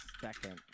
second